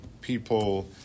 people